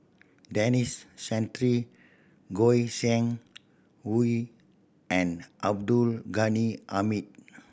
Denis Santry Goi Seng Hui and Abdul Ghani Hamid